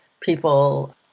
people